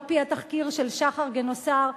על-פי התחקיר של שחר גינוסר,